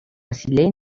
وسیله